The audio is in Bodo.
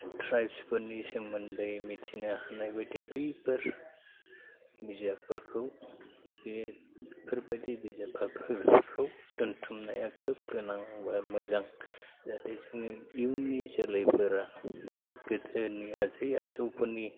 ट्राइफसफोरनि सोमोन्दै मोन्थिनो हानाय बायदि बैफोर बिजाबफोरखौ बेफोरबायदि बिजाब बाख्रिफ्राव दोन्थुमनाया खोब गोनां एबा मोजां जाहाथे जोंनि इयुननि जोलैफोरा गोदोनि आजै आजौफोरनि